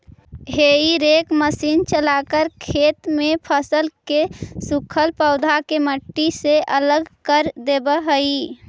हेई rake machine चलाकर खेत में फसल के सूखल पौधा के मट्टी से अलग कर देवऽ हई